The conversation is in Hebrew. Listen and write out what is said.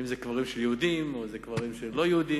אם אלה קברים של יהודים או קברים של לא-יהודים.